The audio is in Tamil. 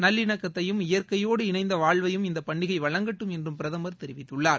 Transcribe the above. நல்லிணக்கத்தையும் இயற்கையோடு இணைந்த வாழ்வையும் இந்தப் பண்டிகை வழங்கட்டும் என்றும் பிரதமர் தெரிவித்துள்ளார்